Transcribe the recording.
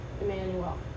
Emmanuel